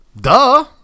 Duh